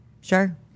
Sure